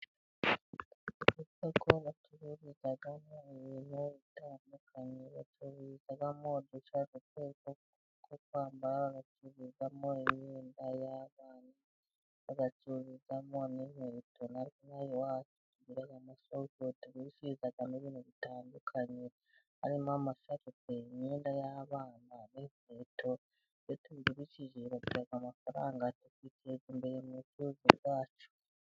Isoko bacururizamo ibintu bitandukanye, bacururizamo udushati twokwambara, bacururizamo imyenda y'abana, bazagacururizamo n'ikweto, amasaha, nibindi bitandukanye harimo amasharupe, imyenda y'aban n'ikweto bitewe n'icyizere, bagira amafaranga akiteza imbere mu rwego rwacu.